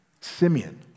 Simeon